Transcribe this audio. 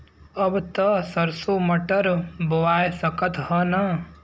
अब त सरसो मटर बोआय सकत ह न?